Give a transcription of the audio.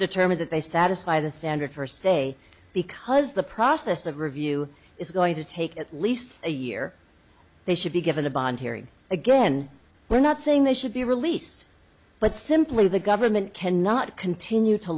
determined that they satisfy the standard for a stay because the process of review is going to take at least a year they should be given a bond hearing again we're not saying they should be released but simply the government cannot continue to